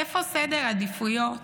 איפה סדר העדיפויות